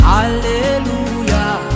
Hallelujah